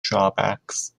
drawbacks